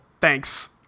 Thanks